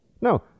No